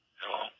Hello